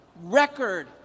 Record